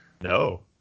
no